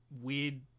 weird